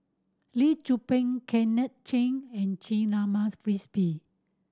Lee Tzu Pheng Kenneth and Frisby